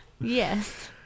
Yes